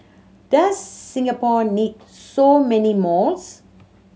does Singapore need so many malls